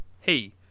Hey